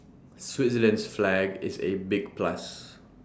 Switzerland's flag is A big plus